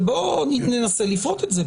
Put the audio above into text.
אבל בואו ננסה לפרוט את זה.